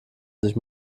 sich